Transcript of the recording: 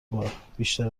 بار، بیشتر